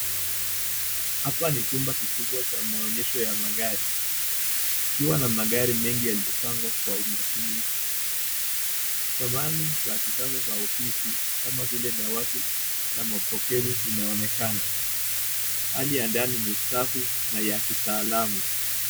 Hapa ni chumba kikubwa cha maonyesho ya magari kikiwa na magari mengi yaliyopangwa kwa umakini. Samani za kisasa za ofisi kama vile dawati la mapokezi zinaonekana. Hali ya ndani ni safi na ya kitaalamu.